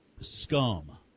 scum